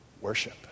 worship